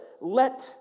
let